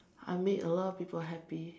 I made a lot of people happy